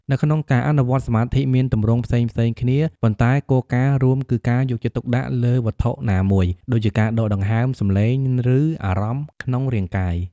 នៅក្នុងការអនុវត្តន៍សមាធិ មានទម្រង់ផ្សេងៗគ្នា ប៉ុន្តែគោលការណ៍រួមគឺការយកចិត្តទុកដាក់លើវត្ថុណាមួយ ដូចជាការដកដង្ហើម សំឡេង ឬអារម្មណ៍ក្នុងរាងកាយ។